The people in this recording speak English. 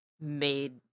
made